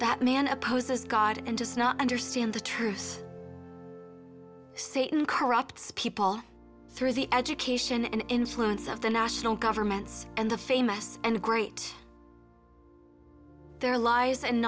that man opposes god and does not understand the troops satan corrupts people through the education and influence of the national governments and the famous and the great their lies and